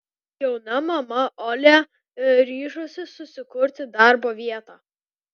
jauna mama olia ryžosi susikurti darbo vietą